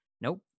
nope